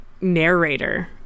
narrator